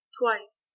twice